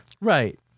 Right